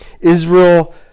Israel